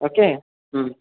okay ह्म्